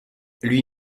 lui